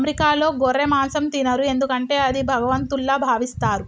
అమెరికాలో గొర్రె మాంసం తినరు ఎందుకంటే అది భగవంతుల్లా భావిస్తారు